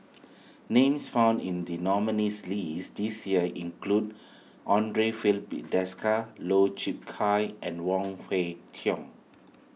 names found in the nominees' list this year include andre Filipe Desker Lau Chiap Khai and Wong Kwei Cheong